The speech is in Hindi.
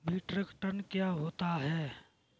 मीट्रिक टन क्या होता है?